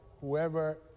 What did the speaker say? whoever